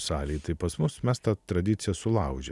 vaikų salėj tai pas mus mes tą tradiciją sulaužėm